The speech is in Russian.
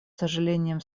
сожалением